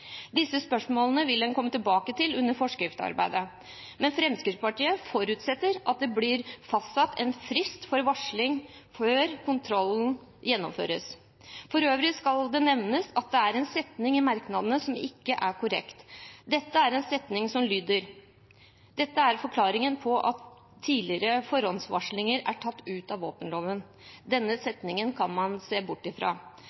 Disse spørsmålene vil en komme tilbake til under forskriftsarbeidet, men Fremskrittspartiet forutsetter at det blir fastsatt en frist for varsling før kontrollen gjennomføres. For øvrig skal det nevnes at det er en setning i merknadene i Innst. 146 L som ikke er korrekt. Setningen lyder: «Dette er forklaringen på at tidligere forhåndsvarsling er tatt ut av ny våpenlov.» Denne